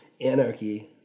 anarchy